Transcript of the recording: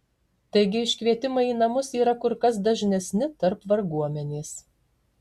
taigi iškvietimai į namus yra kur kas dažnesni tarp varguomenės